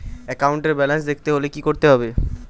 একাউন্টের ব্যালান্স দেখতে হলে কি করতে হবে?